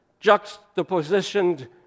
juxtapositioned